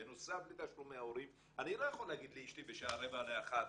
בנוסף לתשלומי ההורים אני לא יכול להגיד לאשתי בשעה רבע לאחת